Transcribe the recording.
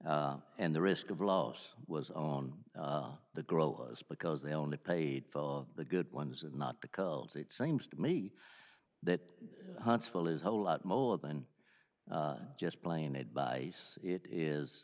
and the risk of loss was on the growers because they only paid for the good ones and not because it seems to me that huntsville is a whole lot more than just playing it by us it is